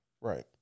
Right